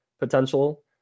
potential